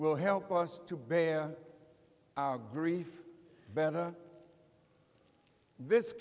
will help us to bear our grief better this